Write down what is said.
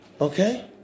okay